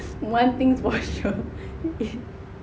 one thing for your